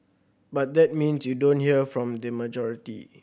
but that means you don't hear from the majority